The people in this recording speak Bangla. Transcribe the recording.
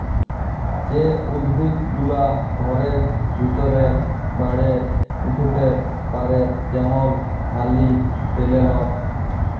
যে উদ্ভিদ গুলা ঘরের ভিতরে বাড়ে উঠ্তে পারে যেমল মালি পেলেলট